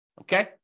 Okay